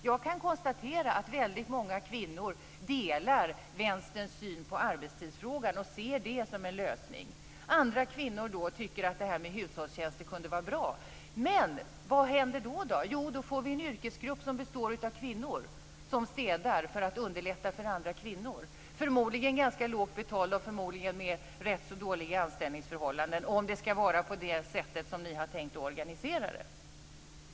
Jag kan konstatera att väldigt många kvinnor delar Vänsterns syn på arbetstidsfrågan och ser arbetstidsförkortning som en lösning. Andra kvinnor tycker att detta med hushållstjänster kunde vara bra. Men vad händer då? Jo, då får vi en yrkesgrupp som består av kvinnor som städar för att underlätta för andra kvinnor. Förmodligen är de ganska lågt betalda och med rätt så dåliga anställningsförhållanden, om det ska vara på det sätt som ni har tänkt att organisera det.